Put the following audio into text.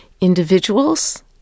individuals